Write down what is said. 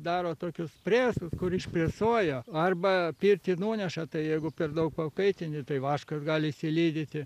daro tokius presus kur išpresuoja arba pirtį nuneša tai jeigu per daug pakaitini tai vaškas gali išsilydyti